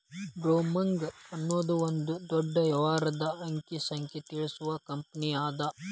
ಬ್ಲೊಮ್ರಾಂಗ್ ಅನ್ನೊದು ಒಂದ ದೊಡ್ಡ ವ್ಯವಹಾರದ ಅಂಕಿ ಸಂಖ್ಯೆ ತಿಳಿಸು ಕಂಪನಿಅದ